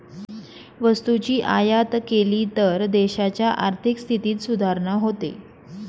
वस्तूची आयात केली तर देशाच्या आर्थिक स्थितीत सुधारणा होते